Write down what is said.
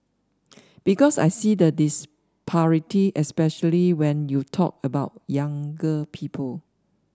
because I see the disparity especially when you talk about younger people